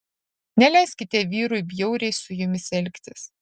neleiskite vyrui bjauriai su jumis elgtis